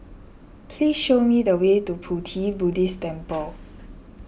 please show me the way to Pu Ti Buddhist Temple